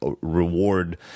reward